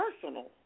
personal